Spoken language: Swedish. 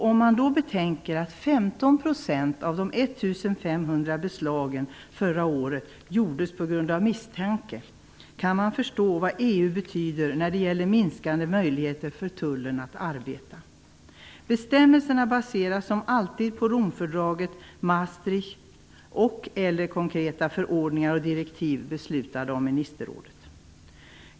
Om man betänker att 15 % av de 1 500 beslagen förra året gjordes på grund av misstanke, kan man förstå vad EU betyder när det gäller minskande möjligheter för tullen att arbeta. Bestämmelserna baseras som alltid på Romfördraget, Maastricht och/eller konkreta förordningar och direktiv beslutade av ministerrådet.